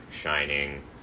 Shining